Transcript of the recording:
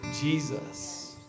Jesus